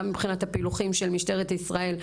גם מבחינת הפילוחים של משטרת ישראל,